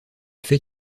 fait